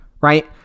right